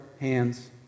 hands